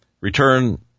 Return